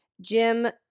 Jim